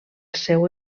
seu